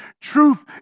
truth